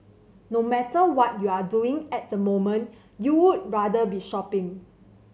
no matter what you're doing at the moment you'd rather be shopping